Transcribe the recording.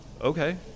okay